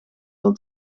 wel